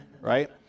right